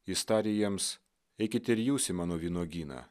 jis tarė jiems eikit ir jūs į mano vynuogyną